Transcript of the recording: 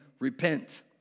Repent